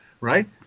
right